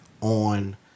on